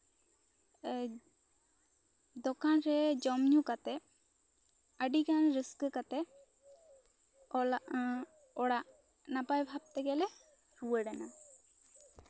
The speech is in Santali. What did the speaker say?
ᱫᱚᱠᱟᱱ ᱨᱮ ᱡᱚᱢ ᱧᱩ ᱠᱟᱛᱮᱜ ᱟᱹᱰᱤᱜᱟᱱ ᱨᱟᱹᱥᱠᱟᱹ ᱠᱟᱛᱮᱜ ᱚᱞᱟᱜ ᱚᱲᱟᱜ ᱱᱟᱯᱟᱭ ᱵᱷᱟᱵ ᱛᱮᱜᱮᱞᱮ ᱨᱩᱣᱟᱹᱲᱮᱱᱟ